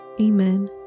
Amen